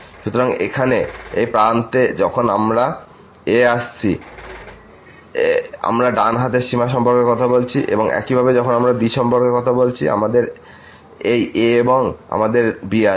সুতরাং এখানে এই প্রান্তে যখন আমরা a এ আছি আমরা ডান হাতের সীমা সম্পর্কে কথা বলছি এবং একইভাবে যখন আমরা b সম্পর্কে কথা বলছি আবার আমাদের এই a এবং আমাদের b আছে